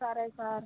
సరే సార్